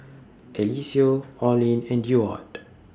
Eliseo Orlin and Deward